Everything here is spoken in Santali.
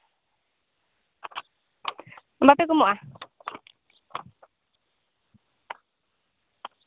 ᱵᱟᱯᱮ ᱠᱚᱢᱚᱜᱼᱟ